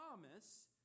promise